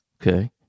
Okay